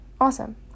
Awesome